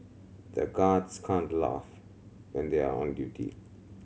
the guards can't laugh when they are on duty